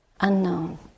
unknown